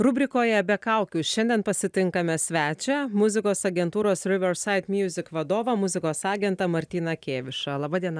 rubrikoje be kaukių šiandien pasitinkame svečią muzikos agentūros river sait miuzik vadovą muzikos agentą martyną kėvišą laba diena